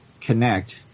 connect